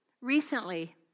Recently